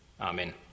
Amen